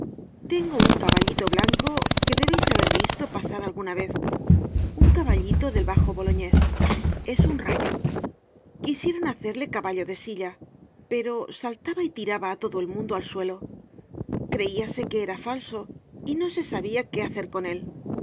tengo un caballito blanco que debeis haber visto pasar alguna vez un caballito del bajo boloñés es un rayo quisieron hacerle caballo de silla pero saltaba y tiraba á todo el mundo al suelo creíase que era falso y no se sabia qué hacer con él le